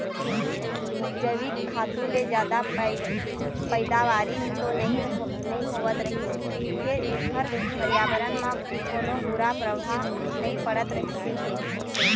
जइविक खातू ले जादा पइदावारी तो नइ होवत रहिस फेर एखर परयाबरन म कोनो बूरा परभाव नइ पड़त रहिस हे